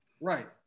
Right